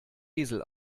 esel